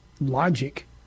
logic